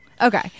Okay